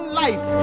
life